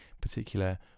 particular